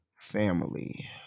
family